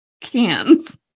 cans